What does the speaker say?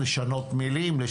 הבעיה,